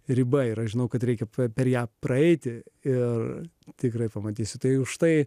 riba ir aš žinau kad reikia per ją praeiti ir tikrai pamatysi tai už tai